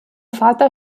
vater